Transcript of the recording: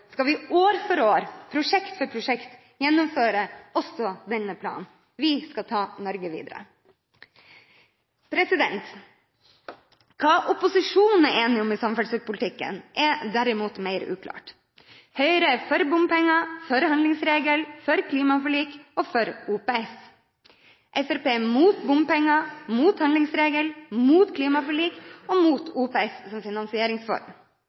skal vi, år for år, prosjekt for prosjekt, gjennomføre også denne planen. Vi skal ta Norge videre. Hva opposisjonen er enige om i samferdselspolitikken, er derimot mer uklart. Høyre er for bompenger, for handlingsregelen, for klimaforlik og for OPS. Fremskrittspartiet er mot bompenger, mot handlingsregelen, mot klimaforlik og mot OPS som finansieringsform.